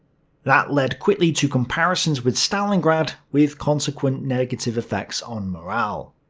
that led quickly to comparisons with stalingrad with consequent negative effects on morale.